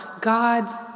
God's